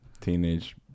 teenage